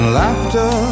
laughter